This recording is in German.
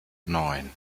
neun